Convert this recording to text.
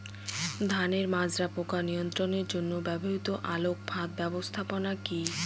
ধানের মাজরা পোকা নিয়ন্ত্রণের জন্য ব্যবহৃত আলোক ফাঁদ ব্যবস্থাপনা কি?